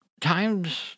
Times